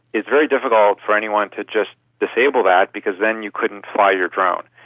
it's very difficult for anyone to just disable that because then you couldn't fly your drone.